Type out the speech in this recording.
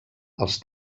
els